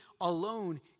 alone